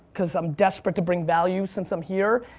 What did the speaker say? cause i'm desperate to bring value since i'm here,